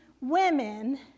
women